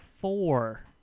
four